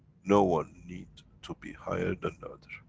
no one need to be higher than the